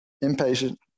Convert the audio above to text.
impatient